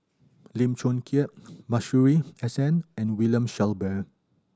Lim Chong Keat Masuri S N and William Shellabear